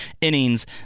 innings